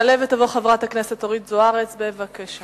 תעלה ותבוא חברת הכנסת אורית זוארץ, בבקשה,